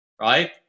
Right